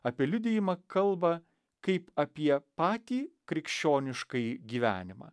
apie liudijimą kalba kaip apie patį krikščioniškąjį gyvenimą